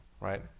right